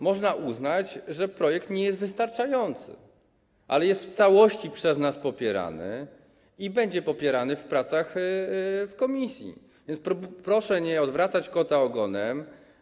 Można uznać, że projekt nie jest wystarczający, ale jest w całości przez nas popierany i będzie popierany w pracach w komisji, więc proszę nie odwracać kota ogonem.